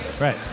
Right